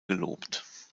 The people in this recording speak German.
gelobt